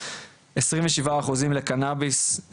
27 אחוזים לקנאביס,